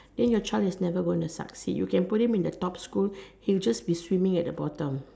then your child is never going to succeed you can put him in the top school he will just be swimming at the bottom